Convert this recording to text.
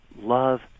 love